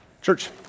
Church